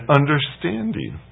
understanding